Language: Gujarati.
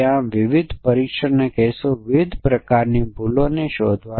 તેથી આ માટે કેટલાક નમૂના મૂલ્યો આપેલ છે